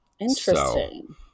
Interesting